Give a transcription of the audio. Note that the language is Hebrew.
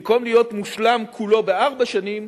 במקום להיות מושלם כולו בארבע שנים,